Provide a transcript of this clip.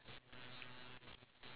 ya